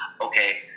okay